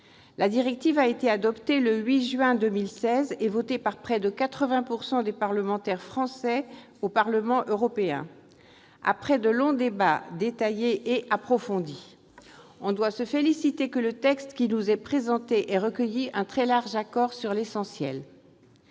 La directive a été adoptée le 8 juin 2016 et votée par près de 80 % des parlementaires français au Parlement européen. Après de longs débats détaillés et approfondis, on doit se féliciter que le texte qui nous est présenté ait recueilli un très large accord sur l'essentiel.